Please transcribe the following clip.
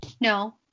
No